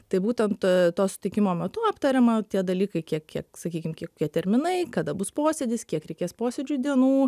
tai būtent to susitikimo metu aptariama tie dalykai kiek kiek sakykim kiek kokie terminai kada bus posėdis kiek reikės posėdžių dienų